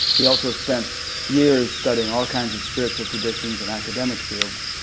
he also spent years studying all kinds of spiritual traditions and academic fields,